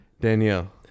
Danielle